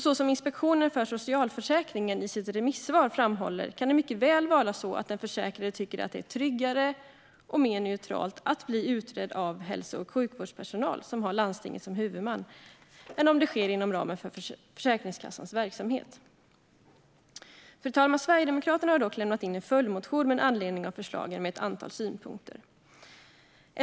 Så som Inspektionen för socialförsäkringen i sitt remissvar framhåller kan det mycket väl vara så att den försäkrade tycker att det är "tryggare och mer 'neutralt'" att bli utredd av hälso och sjukvårdspersonal som har landstinget som huvudman än om det sker inom ramen för Försäkringskassans verksamhet. Fru talman! Sverigedemokraterna har dock lämnat en följdmotion med anledning av förslaget med ett antal synpunkter.